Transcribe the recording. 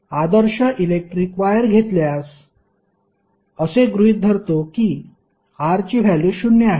तर आपण आदर्श इलेक्ट्रिक वायर घेतल्यास असे गृहित धरतो की R ची व्हॅल्यु शून्य आहे